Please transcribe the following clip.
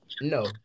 no